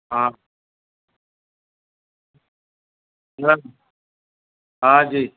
હા હા જી